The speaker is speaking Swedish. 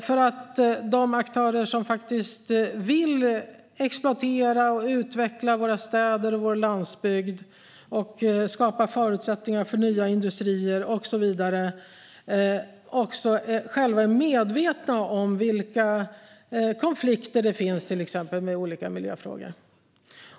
Då är de aktörer som vill exploatera och utveckla våra städer och vår landsbygd och som vill skapa förutsättningar för nya industrier och så vidare också själva medvetna om vilka konflikter det finns när det till exempel gäller olika miljöfrågor.